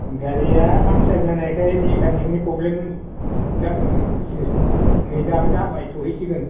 गारिया पाम्पसार जानायखाय मेकानिकेलि प्रब्लेम जादोंमोन एसे नै दा जाबाय सहैसिगोन